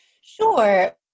Sure